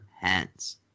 hands